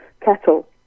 kettle